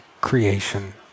creation